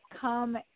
come